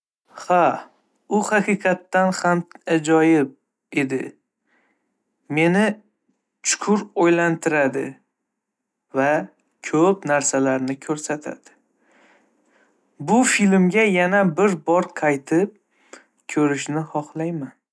Ha, u haqiqatan ham ajoyib edi! Meni chuqur o'ylantirdi va ko'p narsalarni ko'rsatdi. Bu filmga yana bir bor qaytib ko'rishni xohlayman.